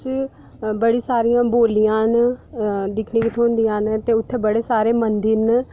बड़ी सारियां बोल्लियां न दिक्खने गी थ्होंदियां न ते उत्थै बड़े सारे मंदिर न